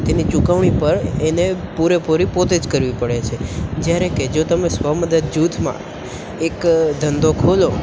તેની ચૂકવણી પણ એણે પૂરેપૂરી પોતે જ કરવી પડે છે જ્યારે કે જો તમે સ્વ મદદ જૂથમાં એક ધંધો ખોલો